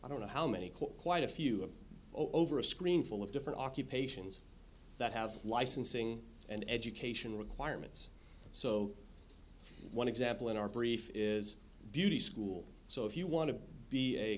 i don't know how many court quite a few of over a screenful of different occupations that have licensing and education requirements so one example in our brief is beauty school so if you want to be a